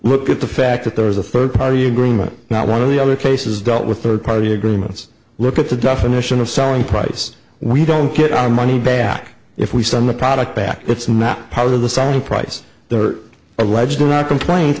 look at the fact that there was a third party agreement not one of the other cases dealt with third party agreements look at the definition of selling price we don't get our money back if we send the product back it's not part of the signing price there are alleged to not complaint